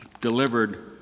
delivered